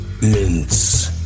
mints